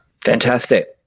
Fantastic